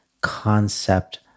concept